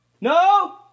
No